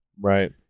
Right